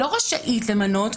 לא רשאית למנות,